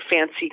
fancy